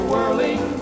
Whirling